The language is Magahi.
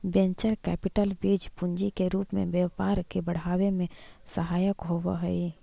वेंचर कैपिटल बीज पूंजी के रूप में व्यापार के बढ़ावे में सहायक होवऽ हई